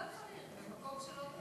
חברי הכנסת,